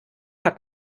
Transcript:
hat